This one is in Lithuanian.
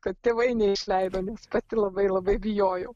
kad tėvai neišleido nes pati labai labai bijojau